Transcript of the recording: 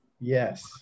Yes